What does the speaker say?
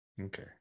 Okay